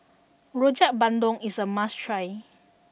Rojak Bandung is a must try